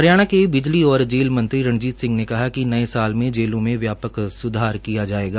हरियाणा के बिजली और जेल मंत्री रणजीत सिंह ने कहा कि नए साल में जेलों में व्यापक सृधार किया जाएगा